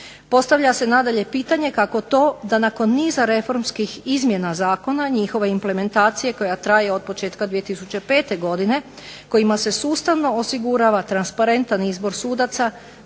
Postavlja se nadalje pitanje da kako to da nakon niza reformskih izmjena Zakona, njihove implementacije koja traje od početka 2005. godine, kojima se sustavno osigurava transparentan izbor sudaca,